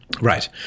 Right